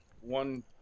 one